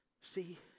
See